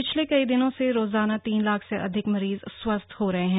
पिछले कई दिनों से रोजाना तीन लाख से अधिक मरीज स्वस्थ हो रहे हैं